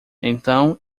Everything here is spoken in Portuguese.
então